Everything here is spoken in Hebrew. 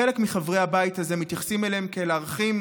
חלק מחברי הבית הזה מתייחסים אליהם כאל ערכים